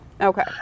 Okay